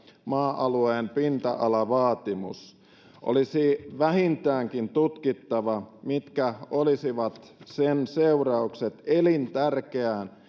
maa alueen pinta alavaatimus olisi vähintäänkin tutkittava mitkä olisivat sen seuraukset elintärkeään